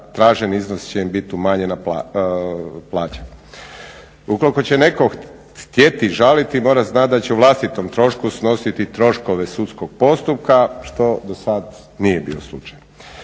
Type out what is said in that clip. traženi iznos će im biti umanjena plaća. Ukoliko će se netko htjeti žaliti mora znati da će o vlastitom trošku snositi troškove sudskog postupka što dosad nije bio slučaj.